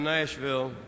Nashville